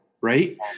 right